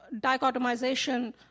dichotomization